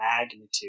magnitude